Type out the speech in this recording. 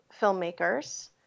filmmakers